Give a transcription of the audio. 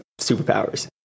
superpowers